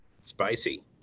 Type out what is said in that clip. Spicy